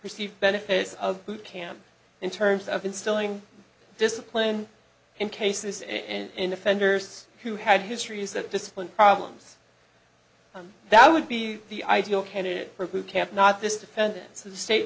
receive benefits of boot camp in terms of instilling discipline in case this and offenders who had histories that discipline problems i'm that would be the ideal candidate or who can't not this dependence the state